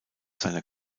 seiner